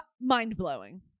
Mind-blowing